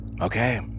Okay